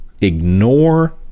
ignore